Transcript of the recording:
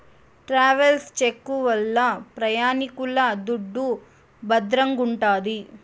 travels check వల్ల ప్రయాణికుల దుడ్డు భద్రంగుంటాది